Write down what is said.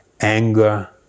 anger